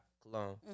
cologne